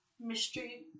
mystery